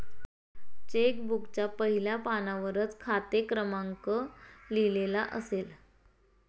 check बुकच्या पहिल्या पानावरच खाते क्रमांक लिहिलेला असेल